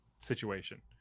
situation